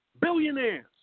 Billionaires